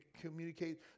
communicate